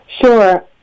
Sure